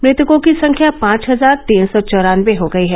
मृतकों की संख्या पांच हजार तीन सौ चौरानबे हो गई है